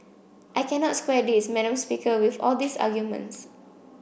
I cannot square this madam speaker with all these arguments